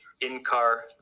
in-car